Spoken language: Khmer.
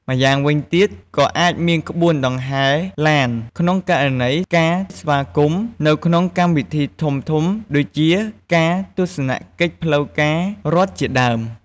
ម្យ៉ាងវិញទៀត ក៏អាចមានក្បួនដង្ហែឡាន ក្នុងករណីការស្វាគមន៍នៅក្នុងកម្មវិធីធំៗ ដូចជាការទស្សនកិច្ចផ្លូវការរដ្ឋជាដើម។